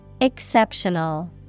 Exceptional